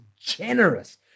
generous